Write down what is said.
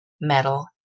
metal